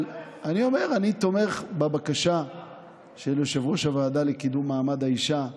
אני אומר שאני תומך בבקשה של יושב-ראש הוועדה לקידום מעמד האישה,